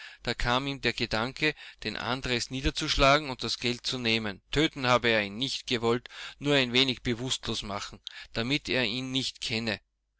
da kam ihm der gedanke den andres niederzuschlagen und das geld zu nehmen töten habe er ihn nicht gewollt nur ein wenig bewußtlos machen damit er ihn nicht kenne